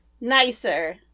nicer